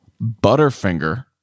Butterfinger